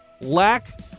Lack